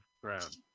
ground